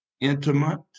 intimate